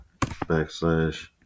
backslash